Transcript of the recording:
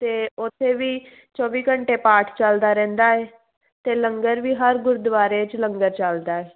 ਅਤੇ ਉੱਥੇ ਵੀ ਚੌਵੀ ਘੰਟੇ ਪਾਠ ਚੱਲਦਾ ਰਹਿੰਦਾ ਹੈ ਅਤੇ ਲੰਗਰ ਵੀ ਹਰ ਗੁਰਦੁਆਰੇ 'ਚ ਲੰਗਰ ਚੱਲਦਾ ਹੈ